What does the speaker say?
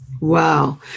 Wow